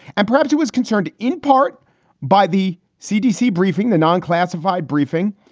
and perhaps she was concerned in part by the cdc briefing, the non-classified briefing.